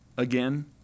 again